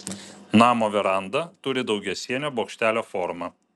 namo veranda turi daugiasienio bokštelio formą